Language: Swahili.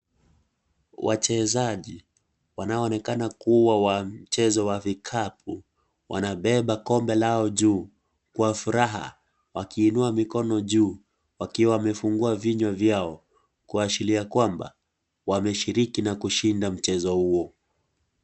Wachezaji, wanaonekana kuwa wa mchezo wa vikapu, wanabeba kombe lao juu kwa furaha wakiinua mikono yao juu wakiwa wamefungua vinyua vyao, kuashiria kwamba, wameshiriki na kuushinda mchezo huo.